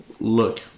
Look